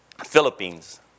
Philippines